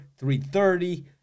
330